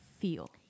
feel